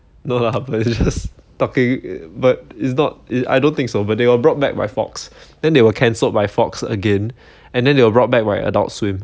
no lah just talking but it's not it I don't think but they were brought back by Fox then they were cancelled by Fox again and then they were brought back by Adult Swim